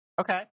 Okay